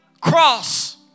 cross